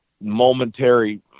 momentary